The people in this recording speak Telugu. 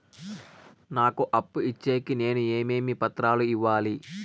నాకు అప్పు ఇచ్చేకి నేను ఏమేమి పత్రాలు ఇవ్వాలి